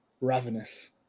Ravenous